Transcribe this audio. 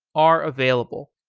are available.